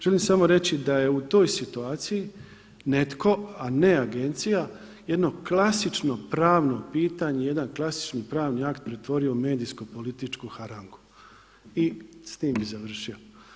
Želim samo reći da je u toj situaciji netko, a ne agencija jedno klasično pravno pitanje, jedan klasični pravni akt pretvorio u medijsko-političku harangu i s tim bih završio.